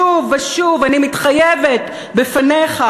שוב ושוב אני מתחייבת בפניך,